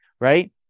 right